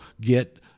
get